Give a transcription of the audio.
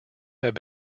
have